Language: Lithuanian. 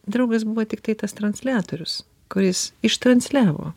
draugas buvo tiktai tas transliatorius kuris ištransliavo